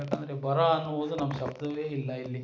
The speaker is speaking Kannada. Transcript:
ಯಾಕಂದರೆ ಬರ ಅನ್ನುವುದು ನಮ್ಮ ಶಬ್ದವೇ ಇಲ್ಲ ಇಲ್ಲಿ